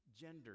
gender